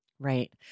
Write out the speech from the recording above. Right